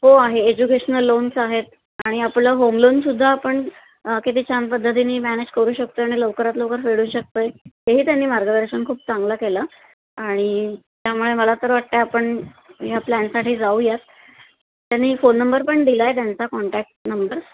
हो आहे educational loans आहेत आणि आपलं होम लोनसुद्धा आपण किती छान पद्धतीनी मॅनेज करू शकतो आणि लवकरात लवकर फेडू शकतोय हेही त्यांनी मार्गदर्शन खूप चांगलं केलं आणि त्यामुळे मला तर वाटतं आपण ह्या प्लॅनसाठी जाऊयात त्यांनी फोन नंबर पण दिलाय त्यांचा कॉन्टॅक्ट नंबर